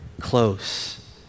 close